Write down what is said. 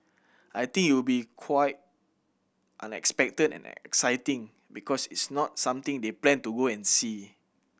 I think you'll be quite unexpected and exciting because it's not something they plan to go and see